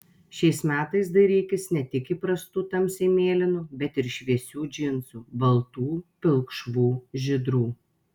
šiais metais dairykis ne tik įprastų tamsiai mėlynų bet ir šviesių džinsų baltų pilkšvų žydrų